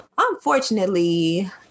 unfortunately